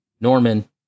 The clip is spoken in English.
Norman